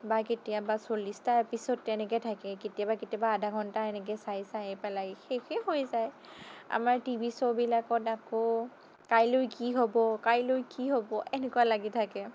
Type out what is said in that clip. বা কেতিয়াবা চল্লিছটা এপিছ'দ তেনেকে থাকে কেতিয়াবা কেতিয়াবা আধাঘণ্টা এনেকে চাই চাই পেলাই শেষে হৈ যায় আমাৰ টিভি শ্ব'বিলাকত আকৌ কাইলৈ কি হ'ব কাইলৈ কি হ'ব এনেকুৱা লাগি থাকে